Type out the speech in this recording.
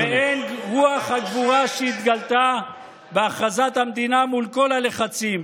מעין רוח הגבורה שהתגלתה בהכרזת המדינה מול כל הלחצים.